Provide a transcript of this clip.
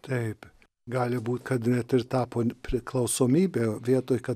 taip gali būt kad net ir tapo priklausomybė vietoj kad